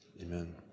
Amen